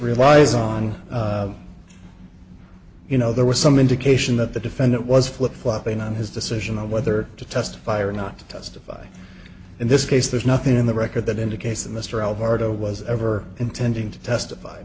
relies on you know there was some indication that the defendant was flip flopping on his decision of whether to testify or not testify in this case there's nothing in the record that indicates that mr alberto was ever intending to testify i